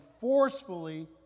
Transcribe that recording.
forcefully